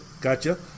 Gotcha